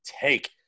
Take